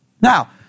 Now